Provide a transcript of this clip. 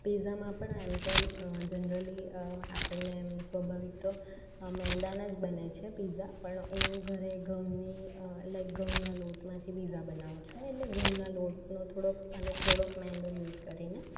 પીઝામાં પણ એમ તો જનરલી આપણને એમ સ્વભાવિક તો મેંદાના જ બને છે પીઝા પણ હું ઘરે ઘઉંની લાઈક ઘઉંના લોટમાંથી પીઝા બનાવું છું એટલે ઘઉંના લોટનો થોડોક અને થોડોક મેંદો યુસ કરીને